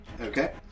Okay